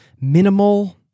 minimal